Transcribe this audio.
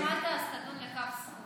יואב, אם לא שמעת אז תדון לכף זכות.